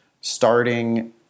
starting